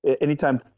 anytime